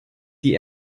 die